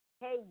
Hey